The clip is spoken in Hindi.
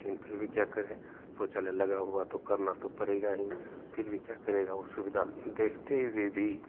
लेकिन फिर भी क्या करें शौचालय लगा हुआ है तो करना हो पड़ेगा ही फिर भी क्या करेगा असुविधा देखते हुए भी